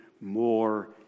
more